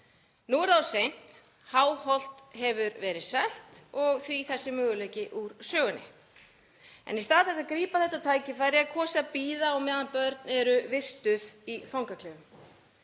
Nú er það of seint. Háholt hefur verið selt og því er þessi möguleiki úr sögunni. Í stað þess að grípa þetta tækifæri er kosið að bíða á meðan börn eru vistuð í fangaklefum.